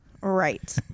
Right